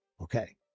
Okay